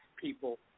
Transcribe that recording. people